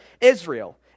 Israel